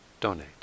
donate